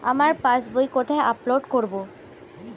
আমার পাস বই কোথায় আপডেট করব?